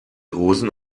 rosen